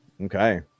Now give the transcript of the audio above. Okay